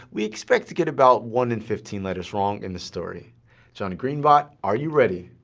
we expect to get about one in fifteen letters wrong in the story john-green-bot are you ready?